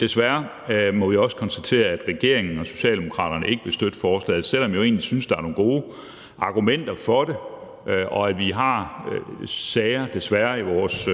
desværre må vi også konstatere, at regeringen og Socialdemokraterne ikke vil støtte forslaget, selv om jeg jo egentlig synes, der er nogle gode argumenter for det, og at vi har sager, desværre, i vores